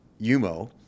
YUMO